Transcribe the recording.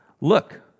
look